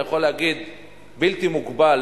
אני יכול להגיד בלתי מוגבל,